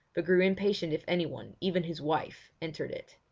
but grew impatient if anyone, even his wife, entered it.